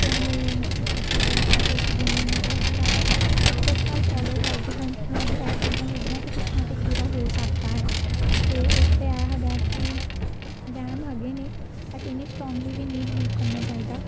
ਉਹਨੂੰ ਮਤਲਬ ਤੁਸੀਂ ਕਹਿ ਸਕਦੇ ਹੋ ਕਿ ਜਿਵੇਂ ਉਹਨੂੰ ਬਹੁਤ ਹੀ ਜ਼ਿਆਦਾ ਸ਼ਿੱਦਤ ਨਾਲ ਫੋਲੋ ਕਰਦੇ ਹਨ ਕਿ ਹਾਂ ਜੇ ਇਹ ਚੀਜ਼ਾਂ ਹੋ ਗਈਆਂ ਤਾਂ ਕੁਛ ਨਾ ਕੁਛ ਬੁਰਾ ਹੋ ਸਕਦਾ ਹੈ ਅਤੇ ਉਸ 'ਤੇ ਇਹ ਹੈਗਾ ਕਿ ਵਹਿਮ ਹੈਗੇ ਨੇ ਬਟ ਇੰਨੇ ਸਟਰੋਂਗਲੀ ਵੀ ਨਹੀਂ ਬਿਲੀਵ ਕਰਨਾ ਚਾਹੀਦਾ